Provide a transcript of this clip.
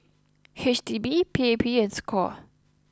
H D B P A P and Score